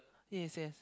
yes yes